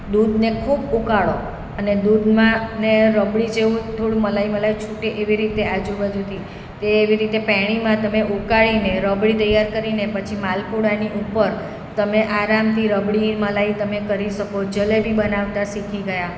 દૂધને ખૂબ ઉકાળો અને દૂધમાંને રબડી જેવું થોળું મલાઈ મલાઈ છૂટે એવી રીતે આજુબાજુથી તે એવી રીતે પેણીમાં તમે ઉકાળીને રબડી તૈયાર કરીને પછી માલપૂળાની ઉપર તમે આરામથી રબડી મલાઈ તમે કરી શકો જલેબી બનાવતા શીખી ગયા